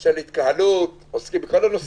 של התקהלות, הם עוסקים בכל הנושאים